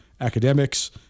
academics